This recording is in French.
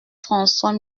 françois